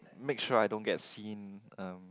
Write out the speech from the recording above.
make sure I don't get seen um